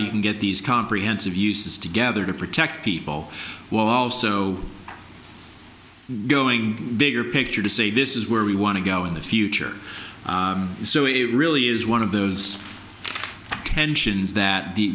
you can get these comprehensive uses together to protect people well also going bigger picture to say this is where we want to go in the future so it really is one of those tensions th